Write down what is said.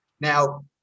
Now